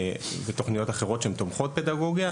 בתוכניות אחרות שהן תומכות פדגוגיה,